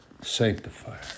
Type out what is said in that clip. sanctifier